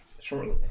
shortly